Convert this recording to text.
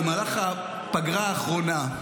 במהלך הפגרה האחרונה,